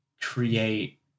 create